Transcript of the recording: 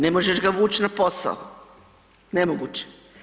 Ne možeš ga vuć na posao, nemoguće.